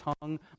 tongue